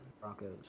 Broncos